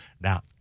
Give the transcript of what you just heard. now